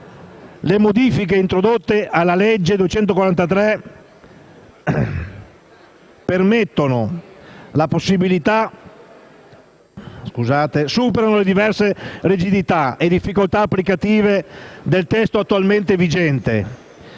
le modifiche introdotte alla legge n. 243 superano diverse rigidità e difficoltà applicative del testo attualmente vigente.